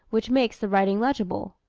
which makes the writing legible.